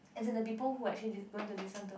as in the people who are actually going to listen to us